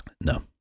No